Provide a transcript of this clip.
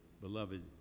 beloved